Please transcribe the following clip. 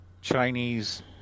Chinese